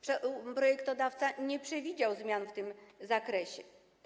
Projektodawca nie przewidział zmian w tym zakresie.